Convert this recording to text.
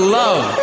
love